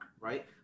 right